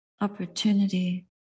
opportunity